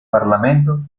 parlamento